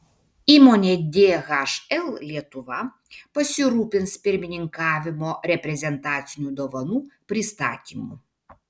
įmonė dhl lietuva pasirūpins pirmininkavimo reprezentacinių dovanų pristatymu